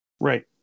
Right